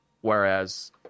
Whereas